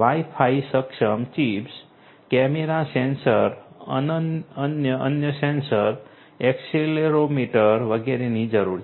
Wi Fi સક્ષમ chips camera sensor અન્ય અન્ય સેન્સર એક્સીલેરોમીટર વગેરેની જરૂર છે